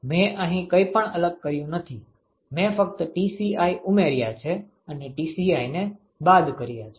મેં અહીં કંઇ પણ અલગ કર્યું નથી મેં ફક્ત Tci ઉમેર્યા છે અને Tciને બાદ કરયા છે